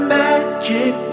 magic